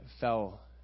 fell